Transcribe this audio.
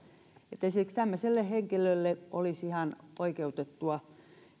esimerkiksi tämmöiselle henkilölle olisi ihan oikeutettua